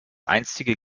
einstige